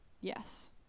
yes